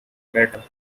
better